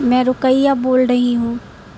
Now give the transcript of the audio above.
میں رقیہ بول رہی ہوں